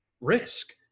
risk